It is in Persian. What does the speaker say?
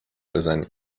بزنی